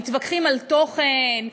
מתווכחים על תוכן,